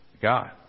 God